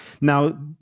Now